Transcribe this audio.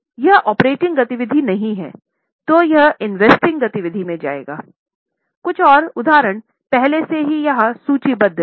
यह ऑपरेटिंग गतिविधि नहीं है तो यह इन्वेस्टिंग गति विधि में जाएगा कुछ और उदाहरण पहले से ही यहां सूचीबद्ध हैं